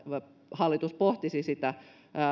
hallitus pohtisi sitä